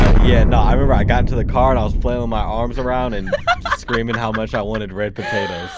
ah yeah and i remember i got into the car and i was flailing my arms around and and screaming how much i wanted red potatoes.